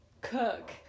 Cook